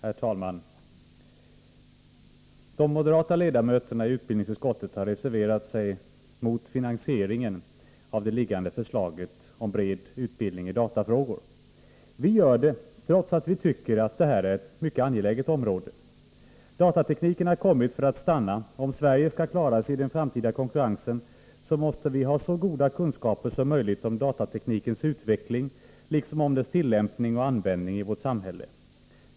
Herr talman! De moderata ledamöterna i utbildningsutskottet har reserverat sig mot finansieringen av det föreliggande förslaget om bred utbildning i datafrågor. Vi gör det trots att vi tycker att detta är ett mycket angeläget område. Datatekniken har kommit för att stanna. Om Sverige skall klara sig i den framtida konkurrensen måste vi ha så goda kunskaper som möjligt om datateknikens utveckling, liksom om dess tillämpning och användning i vårt samhälle.